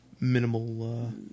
minimal